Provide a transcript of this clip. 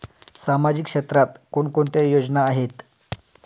सामाजिक क्षेत्रात कोणकोणत्या योजना आहेत?